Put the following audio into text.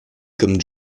comme